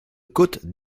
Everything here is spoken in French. côte